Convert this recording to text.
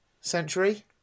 century